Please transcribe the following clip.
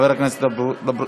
או,